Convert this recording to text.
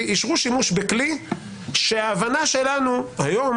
אישרו שימוש בכלי שההבנה שלנו היום,